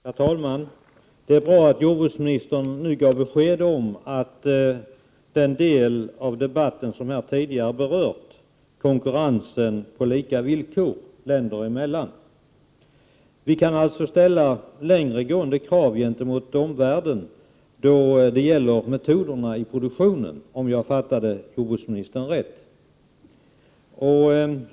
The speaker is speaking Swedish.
Herr talman! Det är bra att jordbruksministern nu gav besked i den fråga som jag tidigare berört i debatten, nämligen att det skall vara konkurrens på lika villkor länder emellan. Vi kan alltså ställa längre gående krav gentemot omvärlden då det gäller produktionsmetoderna, om jag uppfattade jordbruksministern rätt.